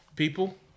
People